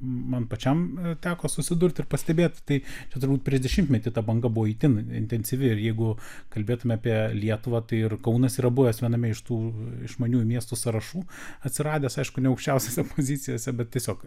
man pačiam teko susidurt ir pastebėt tai čia turbūt prieš dešimtmetį ta banga buvo itin intensyvi ir jeigu kalbėtume apie lietuvą tai ir kaunas yra buvęs viename iš tų išmanių miestų sąrašų atsiradęs aišku ne aukščiausiose pozicijose bet tiesiog